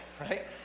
right